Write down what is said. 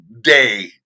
day